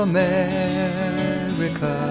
America